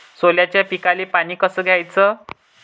सोल्याच्या पिकाले पानी कस द्याचं?